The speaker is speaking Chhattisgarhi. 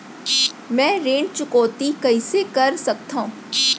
मैं ऋण चुकौती कइसे कर सकथव?